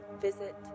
visit